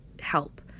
help